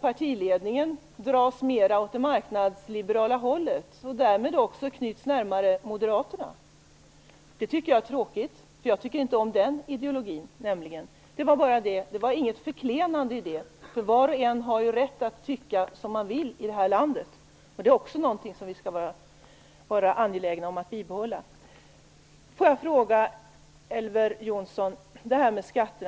Partiledningen däremot dras mer åt det marknadsliberala hållet och knyts därmed närmare moderaterna. Det tycker jag är tråkigt, för jag tycker inte om den ideologin. Det var inget förklenande i det. Var och en har ju rätt att tycka som han vill här i landet. Det är också någonting som vi skall vara angelägna om att bibehålla. Jag har en fråga till Elver Jonsson.